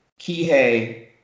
Kihei